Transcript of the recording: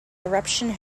eruption